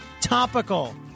topical